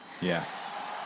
Yes